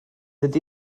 ydy